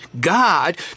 God